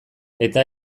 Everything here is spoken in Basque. eta